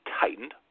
tightened